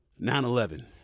9-11